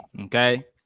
Okay